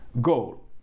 goal